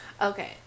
Okay